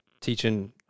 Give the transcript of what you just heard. teaching